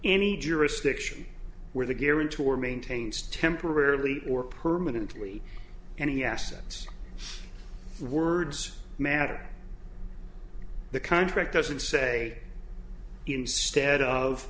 any jurisdiction where the guarantor maintains temporarily or permanently any assets words matter the contract doesn't say instead of